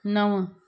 नव